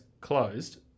closed